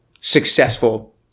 successful